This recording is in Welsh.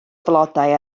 flodau